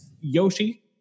Yoshi